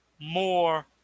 more